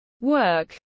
work